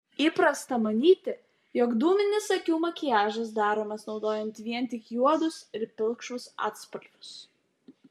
įprasta manyti jog dūminis akių makiažas daromas naudojant vien tik juodus ir pilkšvus atspalvius